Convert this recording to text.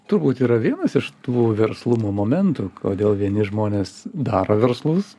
turbūt yra vienas iš tų verslumo momentų kodėl vieni žmonės daro verslus